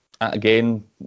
again